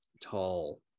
Tall